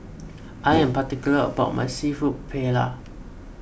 I am particular about my Seafood Paella